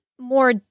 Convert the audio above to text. more